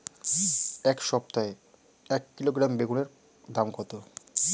এই সপ্তাহে এক কিলোগ্রাম বেগুন এর দাম কত?